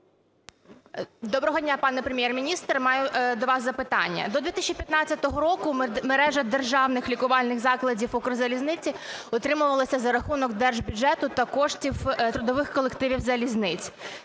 Доброго дня, пане Прем’єр-міністре. Маю до вас запитання. До 2015 року мережа державних лікувальних закладів Укрзалізниці утримувалася за рахунок держбюджету та коштів трудових колективів залізниць.